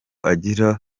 agira